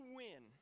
win